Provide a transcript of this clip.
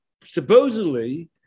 supposedly